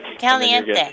Caliente